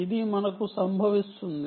ఇది మనకు సంభవిస్తుంది